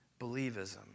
believism